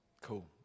Cool